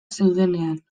zeudenean